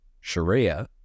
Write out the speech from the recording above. Sharia